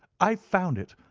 i've found it!